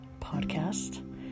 podcast